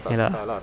ya lah